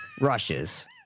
Rushes